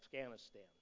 Afghanistan